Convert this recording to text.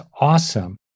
awesome